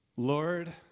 Lord